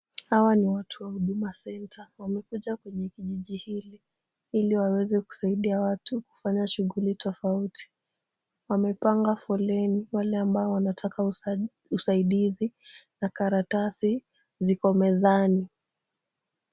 Hawa ni watu wa Huduma Center wamekuja kwenye kijiji hili, ili waweze kusaidia watu kufanya shughuli tofauti. Wamepanga foleni wale ambo wanataka usaidizi na karatasi ziko mezani.